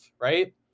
right